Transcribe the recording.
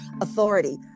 authority